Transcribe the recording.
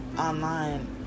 Online